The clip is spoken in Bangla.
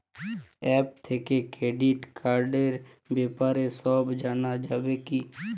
অ্যাপ থেকে ক্রেডিট কার্ডর ব্যাপারে সব জানা যাবে কি?